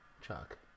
Chuck